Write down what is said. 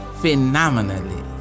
phenomenally